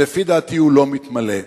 שלפי דעתי הוא לא מתמלא,